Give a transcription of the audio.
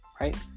Right